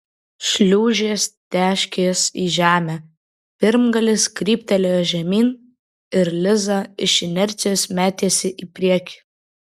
šliūžės teškės į žemę pirmgalis kryptelėjo žemyn ir liza iš inercijos metėsi į priekį